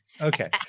Okay